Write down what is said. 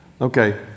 Okay